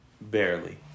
Barely